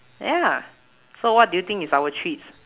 ya so what do you think is our treats